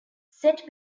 set